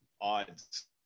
odds